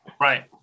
right